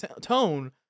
tone